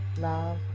Love